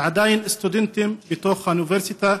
ועדיין סטודנטים באוניברסיטה,